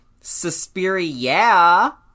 suspiria